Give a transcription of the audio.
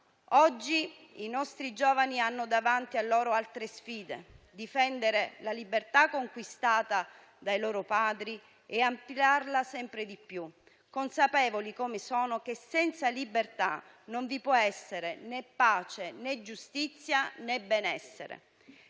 Oggi i nostri giovani hanno davanti a loro altre sfide: difendere la libertà conquistata dai loro padri e ampliarla sempre di più, consapevoli, come sono, che senza libertà non vi può essere né pace, né giustizia, né benessere.